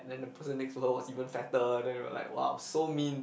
and then the person next to her was even fatter then we're like !wow! so mean